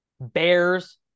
bears